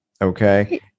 Okay